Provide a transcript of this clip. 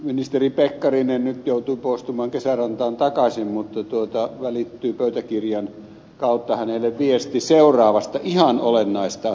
ministeri pekkarinen nyt joutui poistumaan kesärantaan takaisin mutta pöytäkirjan kautta hänelle välittyy viesti seuraavasta ihan olennaisesta asiasta